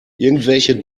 irgendwelche